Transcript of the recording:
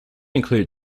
include